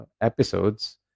Episodes